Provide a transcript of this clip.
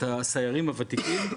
את הסיירים הוותיקים,